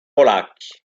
polacchi